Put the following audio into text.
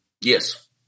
Yes